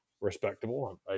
respectable